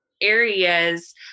areas